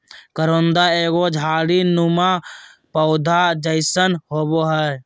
करोंदा एगो झाड़ी नुमा पौधा जैसन होबो हइ